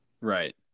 Right